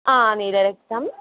आनीतं रक्तम्